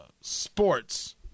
sports